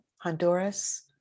Honduras